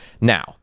Now